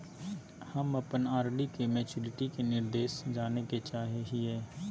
हम अप्पन आर.डी के मैचुरीटी के निर्देश जाने के चाहो हिअइ